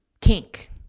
kink